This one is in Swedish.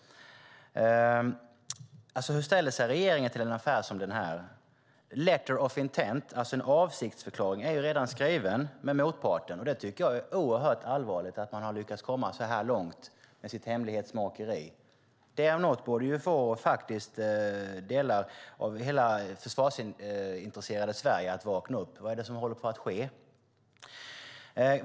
Hur ställer sig regeringen till en affär som denna? Ett letter of intent, alltså en avsiktsförklaring, är redan skriven med motparten. Det är allvarligt att man har lyckats komma så här långt med sitt hemlighetsmakeri. Det om något borde få de försvarsintresserade i Sverige att vakna upp och fråga vad det är som håller på att ske.